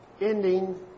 ending